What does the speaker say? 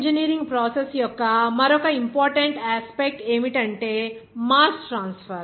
chemical engineering process యొక్క మరొక important aspect ఏమిటంటే మాస్ ట్రాన్స్ఫర్